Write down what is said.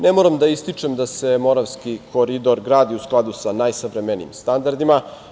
Ne moram da ističem da se Moravski koridor gradi u skladu sa najsavremenijim standardima.